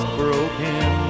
broken